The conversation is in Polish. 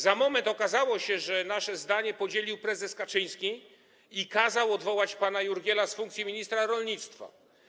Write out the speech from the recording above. Za moment okazało się, że nasze zdanie podzielił prezes Kaczyński i kazał odwołać pana Jurgiela z funkcji ministra rolnictwa.